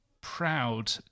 proud